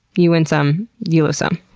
you win some, you lose some,